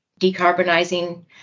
decarbonizing